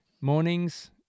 mornings